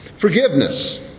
Forgiveness